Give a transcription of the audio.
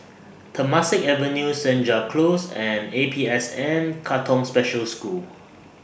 Temasek Avenue Senja Close and A P S N Katong Special School